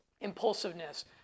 impulsiveness